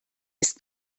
ist